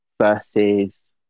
versus